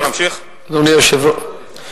אתה יכול להמשיך, אדוני יושב-ראש ועדת הכלכלה.